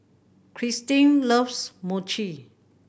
Cristine loves Mochi